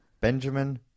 Benjamin